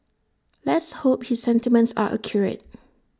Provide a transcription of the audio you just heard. let's hope his sentiments are accurate